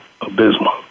abysmal